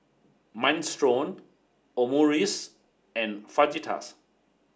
Minestrone Omurice and Fajitas